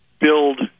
build